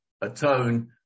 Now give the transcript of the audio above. atone